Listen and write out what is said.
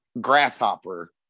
grasshopper